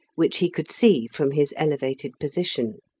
which he could see from his elevated position.